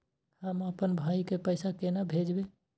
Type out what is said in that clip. हम आपन भाई के पैसा केना भेजबे?